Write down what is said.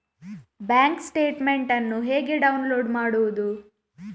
Bank statement ಅನ್ನು ಹೇಗೆ download ಮಾಡುವುದು?